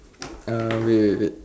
uh wait wait wait